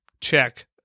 check